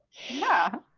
yeah,